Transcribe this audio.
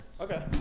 Okay